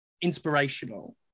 inspirational